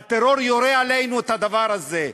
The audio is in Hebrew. הטרור יורה עלינו את הדבר הזה,